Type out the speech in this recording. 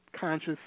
conscious